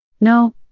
No